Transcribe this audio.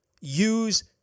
use